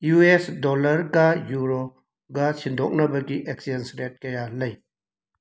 U S ꯗꯣꯂꯔꯒ ꯌꯨꯔꯣꯒ ꯁꯤꯟꯗꯣꯛꯅꯕꯒꯤ ꯑꯦꯛꯆꯦꯟꯁ ꯔꯦꯠ ꯀꯌꯥ ꯂꯩ